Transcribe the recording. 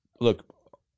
look